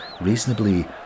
reasonably